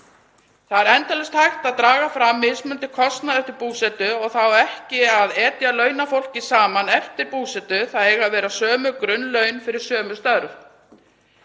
Það er endalaust hægt að draga fram mismunandi kostnað eftir búsetu og það á ekki að etja launafólki saman eftir búsetu. Það eiga að vera sömu grunnlaun fyrir sömu störf.